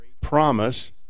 promise